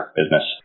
business